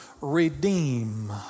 redeem